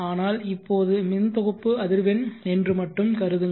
ஆனால் இப்போது மின் தொகுப்பு அதிர்வெண் என்று மட்டும் கருதுங்கள்